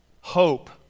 hope